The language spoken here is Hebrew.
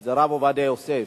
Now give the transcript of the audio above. זה הרב עובדיה יוסף.